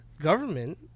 government